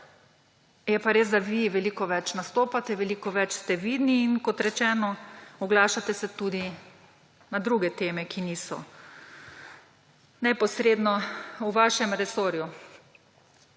Je pa res, da vi veliko več nastopate, veliko več ste vidni in, kot rečeno, oglašate se tudi na druge teme, ki niso neposredno v vašem resorju.